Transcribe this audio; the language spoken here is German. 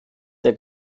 der